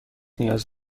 نیاز